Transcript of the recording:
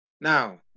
Now